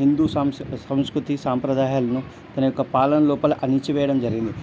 హిందూ సంస్ సంస్కృతి సాంప్రదాయాలను తన యొక్క పాలన లోపల అణచివేయడం జరిగింది